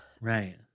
Right